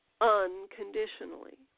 unconditionally